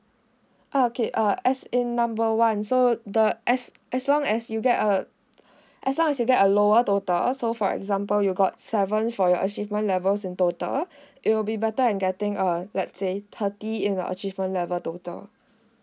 oh okay uh as in number one so the as as long as you get uh as long as you get a lower total so for example you got seven for your achievement levels in total it will be better and getting uh let's say thirty in the achievement level total